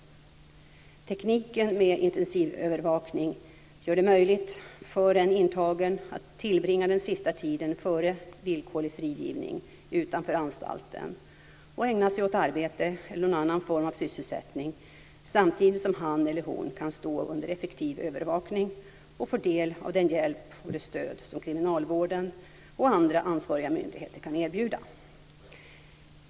Tekniken med intensivövervakning gör det möjligt för en intagen att tillbringa den sista tiden före villkorlig frigivning utanför anstalten och ägna sig åt arbete eller någon annan form av sysselsättning samtidigt som han eller hon kan stå under effektiv övervakning och få del av den hjälp och det stöd som kriminalvården och andra ansvariga myndigheter kan erbjuda.